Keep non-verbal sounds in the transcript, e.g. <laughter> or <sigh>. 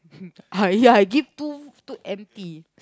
<laughs> ah ya I give two two empty